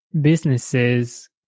businesses